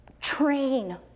train